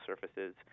surfaces